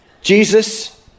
Jesus